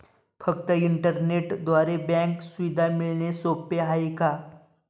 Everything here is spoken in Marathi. फक्त इंटरनेटद्वारे बँक सुविधा मिळणे सोपे आहे का?